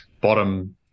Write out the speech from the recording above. bottom